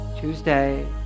Tuesday